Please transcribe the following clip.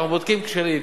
אנחנו בודקים כשלים,